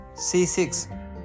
C6